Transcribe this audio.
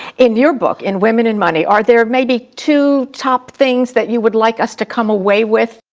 in your book, in women and money, are there maybe, two top things that you would like us to come away with?